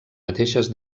mateixes